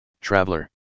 traveler